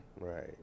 Right